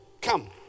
Come